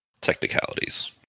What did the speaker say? Technicalities